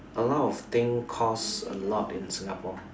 a lot of thing cost a lot in Singapore